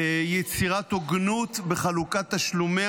יצירת הוגנות בחלוקת תשלומי